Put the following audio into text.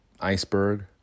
iceberg